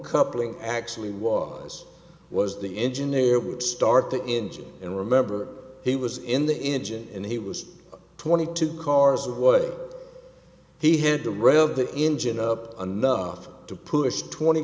coupling actually was was the engineer would start the engine and remember he was in the engine and he was twenty two cars of what he had to rev the engine up anough to push twenty